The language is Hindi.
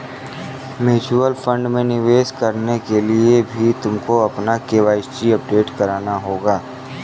म्यूचुअल फंड में निवेश करने के लिए भी तुमको अपना के.वाई.सी अपडेट कराना होगा